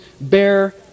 bear